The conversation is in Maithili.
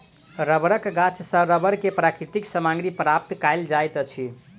रबड़क गाछ सॅ रबड़ के प्राकृतिक सामग्री प्राप्त कयल जाइत अछि